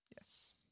Yes